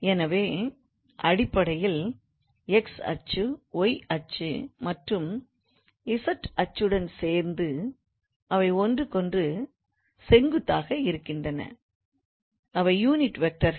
எனவே அடிப்படையில் x அச்சு y அச்சு மற்றும் z அச்சுடன் சேர்ந்து அவை ஒன்றுக்கொன்று செங்குத்தாக இருக்கின்றன அவை யூனிட் வெக்டர்கள்